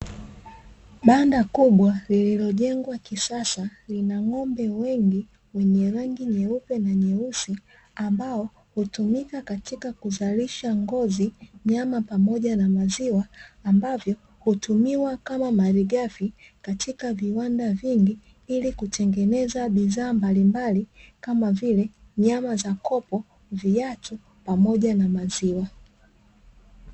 Banda kubwa lililojengwa kisasa lina ng’ombe wengi wenye rangi nyeupe na nyeusi ambao hutumika katika kuzalisha ngozi, nyama pamoja na maziwa ambavyo hutumiwa kama malighafi kwenye viwanda vingi ili kutengeneza bidhaa mbalimbali kama vile nyama za kopo, viatu pamoja na maziwa.